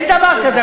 אין דבר כזה.